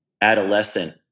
adolescent